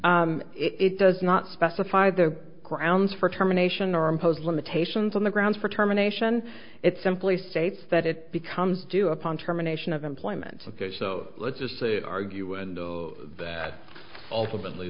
what it does not specify the grounds for termination or impose limitations on the grounds for termination it simply states that it becomes due upon termination of employment ok so let's just say argue and that ultimately